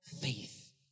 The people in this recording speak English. faith